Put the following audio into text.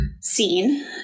scene